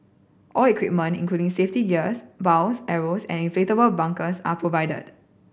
all equipment including safety gears bows arrows and inflatable bunkers are provided